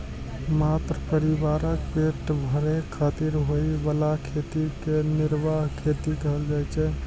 मात्र परिवारक पेट भरै खातिर होइ बला खेती कें निर्वाह खेती कहल जाइ छै